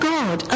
God